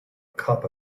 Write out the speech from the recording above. cup